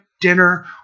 dinner